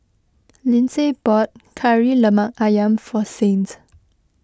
Lyndsay bought Kari Lemak Ayam for Saint